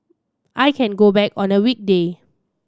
I can go back on a weekday